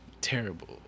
Terrible